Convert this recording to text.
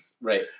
Right